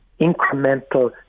incremental